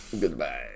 Goodbye